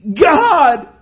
God